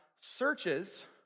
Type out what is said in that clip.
searches